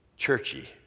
churchy